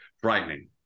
frightening